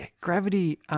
Gravity